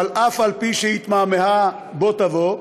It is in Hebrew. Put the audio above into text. אבל אף על פי שהיא התמהמהה, בוא תבוא,